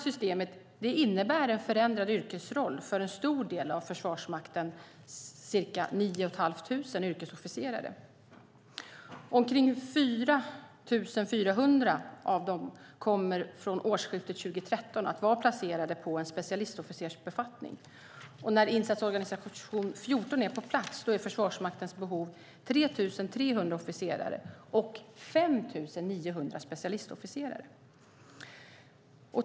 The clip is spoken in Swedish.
Systemet innebär en förändrad yrkesroll för en stor del av Försvarsmaktens cirka nio och ett halvt tusen yrkesofficerare. Omkring 4 400 av dem kommer från årsskiftet att vara placerade på en specialistofficersbefattning. När Insatsorganisation 2014 är på plats är Försvarsmaktens behov 3 300 officerare och 5 900 specialistofficerare.